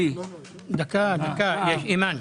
אימאן.